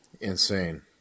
Insane